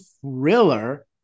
thriller